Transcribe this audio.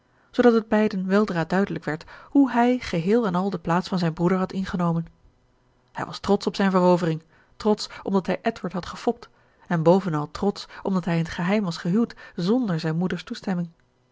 zoodat het beiden weldra duidelijk werd hoe hij geheel en al de plaats van zijn broeder had ingenomen hij was trotsch op zijn verovering trotsch omdat hij edward had gefopt en bovenal trotsch omdat hij in t geheim was gehuwd zonder zijn moeder's toestemming